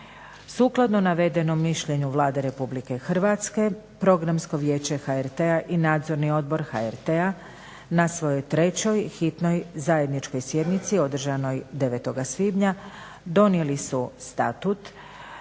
Sukladno navedenom mišljenju Vlade RH Programsko vijeće HRT-a i Nadzorni odbor HRT-a na svojoj trećoj hitnoj zajedničkoj sjednici održanoj 9. svibnja donijeli su Statut